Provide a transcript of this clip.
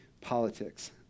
politics